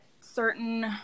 certain